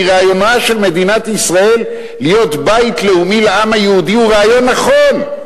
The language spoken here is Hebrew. כי רעיונה של מדינת ישראל להיות בית לאומי לעם היהודי הוא רעיון נכון.